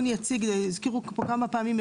הזכירו פה כמה פעמים,